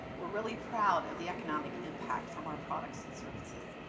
we're really proud of the economic impact from our products and services,